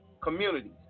communities